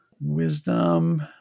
wisdom